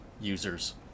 users